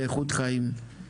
לאיכות חיים.